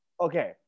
Okay